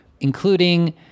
including